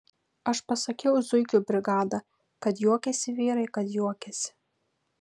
aš pasakiau zuikių brigada kad juokėsi vyrai kad juokėsi